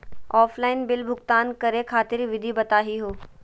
Offline bill भुगतान करे खातिर विधि बताही हो?